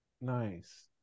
Nice